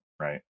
Right